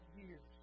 years